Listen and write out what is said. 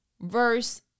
verse